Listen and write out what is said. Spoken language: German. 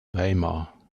weimar